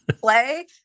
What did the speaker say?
play